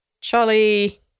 Charlie